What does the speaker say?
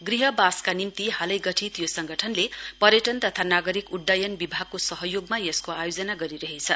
गृहवासका निम्ति हालै गठित यो संगठनले पर्यटन तथा नागरिक उइयन विभागको सहयोगमा यसको आयोजना गरिरहेछ